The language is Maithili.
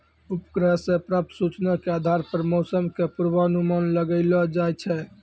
उपग्रह सॅ प्राप्त सूचना के आधार पर मौसम के पूर्वानुमान लगैलो जाय छै